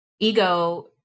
Ego